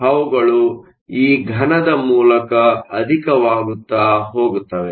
ಆದ್ದರಿಂದ ಅವುಗಳು ಈ ಘನದ ಮೂಲಕ ಅಧಿಕವಾಗುತ್ತಾ ಹೊಗುತ್ತವೆ